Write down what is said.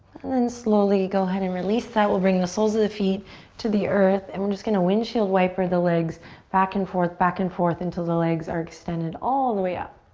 and then slowly go ahead and release that. we'll bring the soles of the feet to the earth and we're just going to windshield wiper the legs back and forth, back and forth until the legs are extended all the way out.